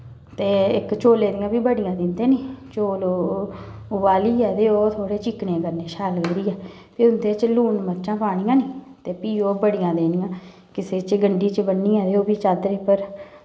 ते इक्क चौलें दियां बी बड़ियां दिंदे नी चौल ओह् उबालियै ते ओह् थोह्ड़े चिकने करने शैल करियै फ्ही उं'दे च लून मर्चां पानियां नी ते फ्ही ओह् बड़ियां देनियां किसे च गंड्डी च बन्नियै ते फ्ही ओह् चादरे पर